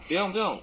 不用不用